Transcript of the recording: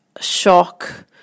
shock